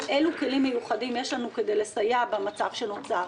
מיוחדים יש לנו כוועדה בכדי לסייע במצב שנוצר.